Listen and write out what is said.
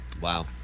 Wow